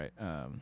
right